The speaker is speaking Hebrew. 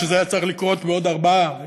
מה שהיה צריך לקרות בעוד ארבעה ימים?